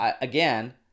again